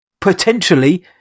potentially